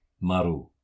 Maru